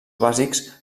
bàsics